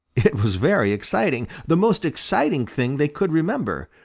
it was very exciting, the most exciting thing they could remember.